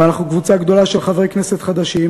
ואנחנו קבוצה גדולה של חברי כנסת חדשים